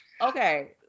Okay